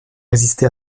résisté